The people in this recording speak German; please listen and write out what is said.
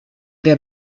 der